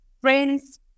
friends